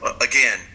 again